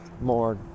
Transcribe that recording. more